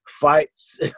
fights